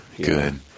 Good